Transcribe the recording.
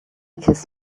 kiss